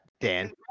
dan